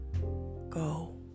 go